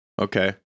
Okay